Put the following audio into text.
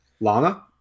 Lana